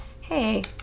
Hey